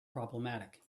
problematic